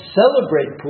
celebrate